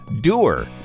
Doer